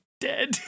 dead